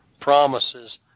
promises